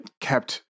kept